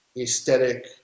aesthetic